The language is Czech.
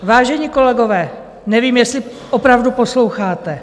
Vážení kolegové, nevím, jestli opravdu posloucháte.